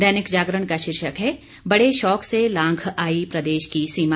दैनिक जागरण का शीर्षक है बड़े शौक से लांघ आई प्रदेश की सीमा